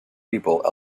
people